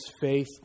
faith